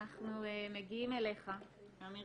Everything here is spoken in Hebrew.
אנחנו מגיעים אליך, אמיר